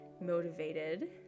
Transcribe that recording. motivated